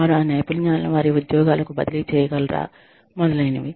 వారు ఆ నైపుణ్యాలను వారి ఉద్యోగాల కు బదిలీ చేయగలరా మొదలైనవి